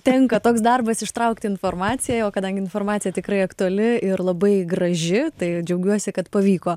tenka toks darbas ištraukt informaciją o kadangi informacija tikrai aktuali ir labai graži tai džiaugiuosi kad pavyko